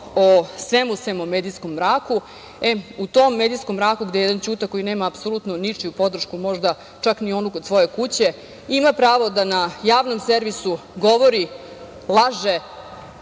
o svemu sem o medijskom mraku.E, u tom medijskom mraku gde jedan "Ćuta" koji nema apsolutno ničiju podršku, možda čak ni onu kod svoje kuće, ima pravo da na Javnom servisu govori, laže